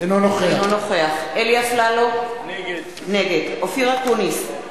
אינו נוכח אלי אפללו, נגד אופיר אקוניס,